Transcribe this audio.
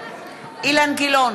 בעד באסל גטאס, בעד אילן גילאון,